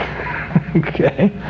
okay